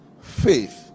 faith